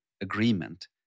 agreement